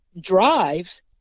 drive